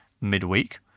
midweek